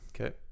Okay